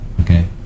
Okay